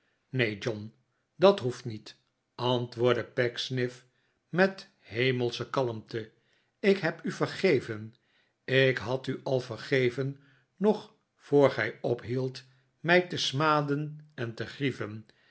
neen john dat hoeft niet antwoordde pecksniff met hemelsche kalmte ik heb u vergeven ik had u al vergeven nog voor gij ophieldt mij te smaden en te grieven